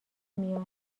میاد